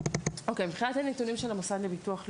מבחינת הנתונים של המוסד לביטוח לאומי.